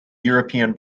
european